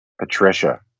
Patricia